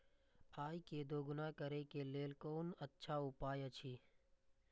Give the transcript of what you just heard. आय के दोगुणा करे के लेल कोन अच्छा उपाय अछि?